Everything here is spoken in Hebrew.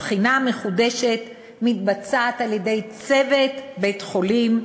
הבחינה המחודשת מתבצעת על-ידי צוות בית-חולים,